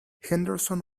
henderson